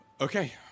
Okay